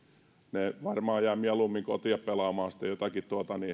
he varmaan jäävät mieluummin kotiin pelaamaan jotakin